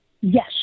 Yes